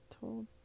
told